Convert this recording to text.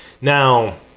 Now